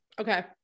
Okay